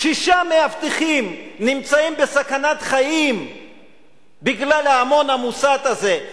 ושישה מאבטחים נמצאים בסכנת חיים בגלל ההמון המוסת הזה,